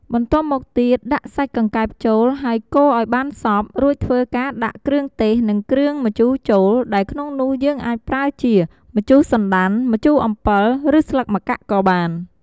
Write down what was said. បន្ទាប់មកទៀត ដាក់សាច់កង្កែបចូល ហើយកូរអោយបានសប់ រួចធ្វើការដាក់ គ្រឿងទេស និង គ្រឿងម្ជូរចូល ដែលក្នុងនោះយើងអាចប្រើជា ម្ជូរសណ្ដាន់ ម្ជូរអំពិល ឬស្លឹកម្កាក់់ ក៍បាន។